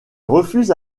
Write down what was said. refuse